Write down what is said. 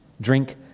drink